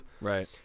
Right